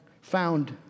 found